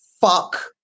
fuck